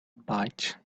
bite